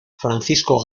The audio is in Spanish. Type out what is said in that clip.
francisco